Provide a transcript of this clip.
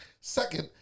Second